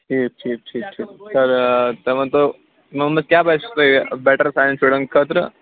ٹھیٖک ٹھیٖک ٹھیٖک پگاہ تُہۍ ؤنۍتَو یِمو منٛز کیٛاہ باسیٚو تۄہہِ بیٹر سانیَن شُریَن خٲطرٕ